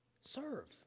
Serve